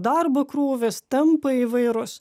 darbo krūvis tempai įvairūs